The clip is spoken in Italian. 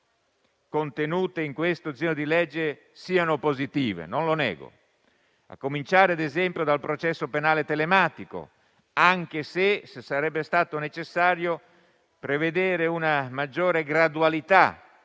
contenute in questo disegno di legge siano positive, a cominciare ad esempio dal processo penale telematico, anche se sarebbe stato necessario prevedere una maggiore gradualità